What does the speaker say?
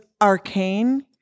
arcane